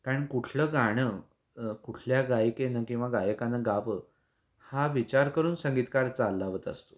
कारण कुठलं गाणं कुठल्या गायिकेनं किंवा गायकांनं गावं हा विचार करून संगीतकार चाल लावत असतो